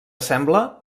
sembla